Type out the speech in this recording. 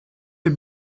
des